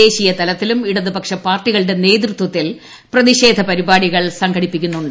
ദേശീയതലത്തിലും ഇടതുപക്ഷ പാർടികളുടെ നേതൃത്വത്തിൽ പ്രതിഷേധപരിപാടി കൾ സംഘടിപ്പിച്ചിട്ടുണ്ട്